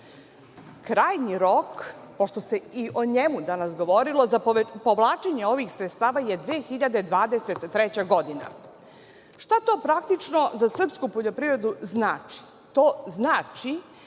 Krajnji rok, pošto se i o njemu danas govorilo, za povlačenje ovih sredstava je 2023. godina. Šta to praktično za srpsku poljoprivredu znači? To znači